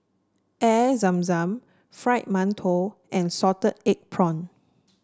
Air Zam Zam Fried Mantou and Salted Egg prawn